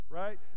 right